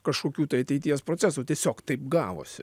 kažkokių tai ateities procesų tiesiog taip gavosi